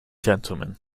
gentlemen